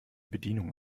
bedienung